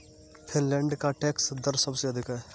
Finland का tax दर सबसे अधिक है